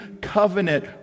covenant